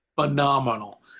phenomenal